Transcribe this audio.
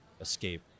escape